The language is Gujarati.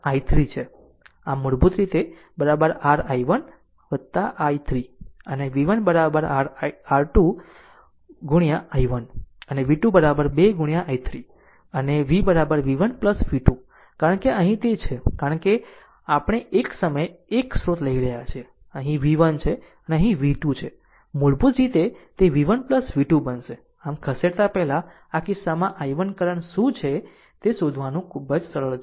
આમ મૂળભૂત રીતે r i1 i3 અને v1 r 2 i1 અને v2 2 i3 અને v v1 v2 કારણ કે અહીં તે છે કારણ કે આપણે એક સમયે એક સ્રોત લઈ રહ્યા છીએ તે અહીં v1 છે તે અહીં v2 છે મૂળભૂત રીતે તે v1 v2 બનશે આમ આ ખસેડતા પહેલા આમ આ કિસ્સામાં i1 કરંટ શું છે તે શોધવાનું ખૂબ જ સરળ છે